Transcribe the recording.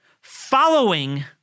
following